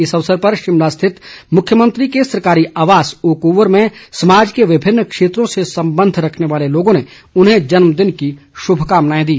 इस अवसर पर शिमला स्थित मुख्यमंत्री के सरकारी आवास ओकओवर में समाज के विभिन्न क्षेत्रों से संबंध रखने वाले लोगों ने उन्हें जन्मदिन की श्भकामनाएं दी